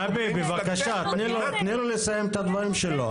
גבי, בבקשה תני לו לסיים את הדברים שלו.